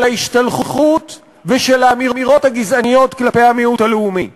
של ההשתלחות ושל האמירות הגזעניות כלפי המיעוט הלאומי.